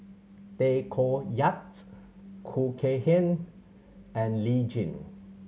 Tay Koh Yat Khoo Kay Hian and Lee Tjin